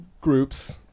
groups